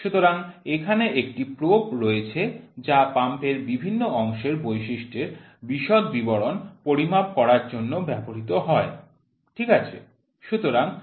সুতরাং এখানে একটি প্রোব রয়েছে যা পাম্পের বিভিন্ন অংশের বৈশিষ্ট্যের বিশদ বিবরণ পরিমাপ করার জন্য ব্যবহৃত হয় ঠিক আছে